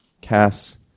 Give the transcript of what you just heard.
Cass